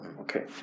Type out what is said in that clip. Okay